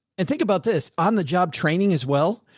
and think about this on the job training as well.